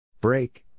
Break